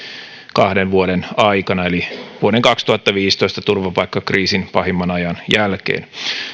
kahden vuoden aikana eli vuoden kaksituhattaviisitoista turvapaikkakriisin pahimman ajan jälkeen